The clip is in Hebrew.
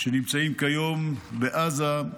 שנמצאים כיום בעזה,